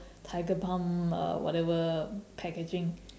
tiger balm uh whatever packaging